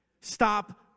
Stop